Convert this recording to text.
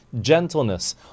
gentleness